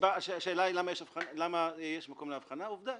לשאלה למה יש מקום להבחנה עובדה,